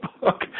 book